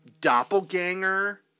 doppelganger